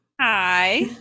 Hi